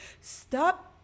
Stop